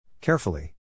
Carefully